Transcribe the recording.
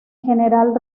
general